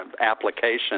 application